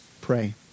pray